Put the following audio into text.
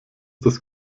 das